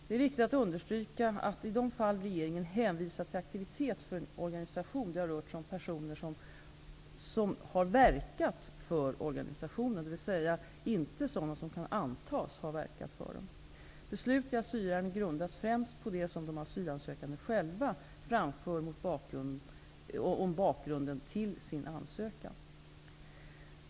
Det är viktigt att understryka att i de fall regeringen hänvisat till aktivitet för en organisation, det har rört sig om personer som ''verkat'' för organisationen, dvs. inte sådana som kan antas ha verkat för den. Beslut i asylärenden grundas främst på det som de asylsökande själva framför om bakgrunden till sin ansökan.